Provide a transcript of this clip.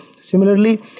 Similarly